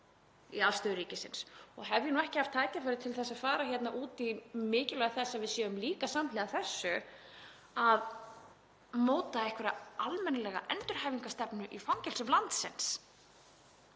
í afstöðu ríkisins og hef ég nú ekki haft tækifæri til að fara út í mikilvægi þess að við séum líka samhliða þessu að móta einhverja almennilega endurhæfingarstefnu í fangelsum landsins